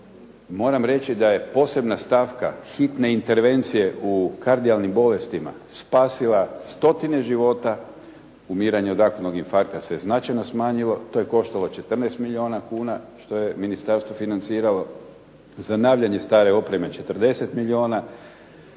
Moram reći da je posebna stavka hitne intervencije u kardijalnim bolestima spasila stotine života, umiranje od akutnog infarkta se značajno smanjilo, to je koštalo 14 milijuna kuna što je ministarstvo financiralo. Zanavljanje stare opreme 40 milijuna,